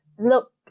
look